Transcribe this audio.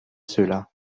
cela